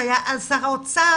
שהיה אז שר האוצר,